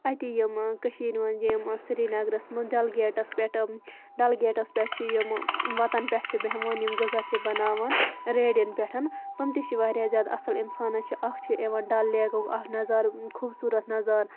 اَتہِ یِم کٔشیٖرِ مَنٛز یِم سرینگرَس مَنٛز ڈلگیٹَس پیٹھ ڈلگیٹَس پیٹھ چھِ یِم وَتَن پیٹھ چھِ بیٚہوان یِم غزہ چھِ بَناوان ریڑیٚن پیٹھ تِم تہِ چھِ واریاہ زیادٕ اصل اِنسانَس چھ اکھ چھ یِوان ڈَل لیکُک اکھ نَظارٕ خوٗبصورَت نَظارٕ